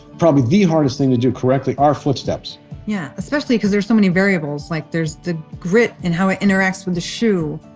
probably the hardest thing to do correctly are footsteps yeah, especially because there are so many variables. like the grit and how it interacts with the shoe.